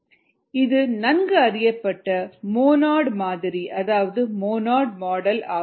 mSKsS இது நன்கு அறியப்பட்ட மோனோட் மாதிரி அதாவது மோனோட் மாடல் ஆகும்